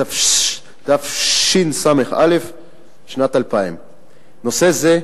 התשס"א 2000. נושא זה,